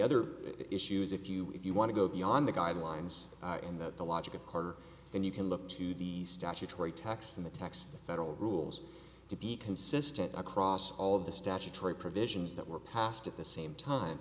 other issues if you if you want to go beyond the guidelines in that the logic of carter then you can look to the statutory text in the text of federal rules to be consistent across all of the statutory provisions that were passed at the same time